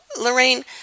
Lorraine